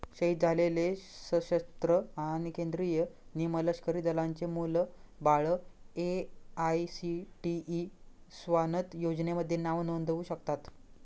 शहीद झालेले सशस्त्र आणि केंद्रीय निमलष्करी दलांचे मुलं बाळं ए.आय.सी.टी.ई स्वानथ योजनेमध्ये नाव नोंदवू शकतात